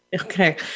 Okay